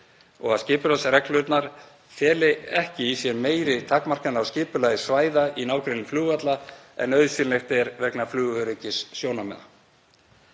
og að skipulagsreglurnar feli ekki í sér meiri takmarkanir á skipulagi svæða í nágrenni flugvalla en nauðsynlegt er vegna flugöryggissjónarmiða.